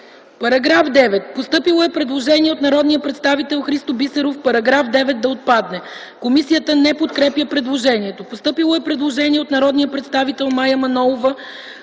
По § 9 е постъпило предложение от народния представител Христо Бисеров -§ 9 да отпадне. Комисията не подкрепя предложението. Постъпило е предложение от народния представител Мая Манолова